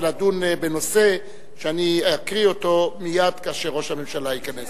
ולדון בנושא שאני אקריא אותו מייד כאשר ראש הממשלה ייכנס.